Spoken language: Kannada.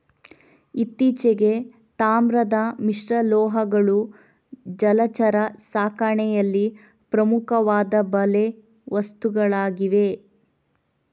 ಇತ್ತೀಚೆಗೆ, ತಾಮ್ರದ ಮಿಶ್ರಲೋಹಗಳು ಜಲಚರ ಸಾಕಣೆಯಲ್ಲಿ ಪ್ರಮುಖವಾದ ಬಲೆ ವಸ್ತುಗಳಾಗಿವೆ